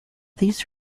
these